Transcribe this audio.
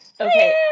Okay